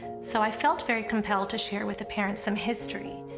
so i felt very compelled to share with the parents some history.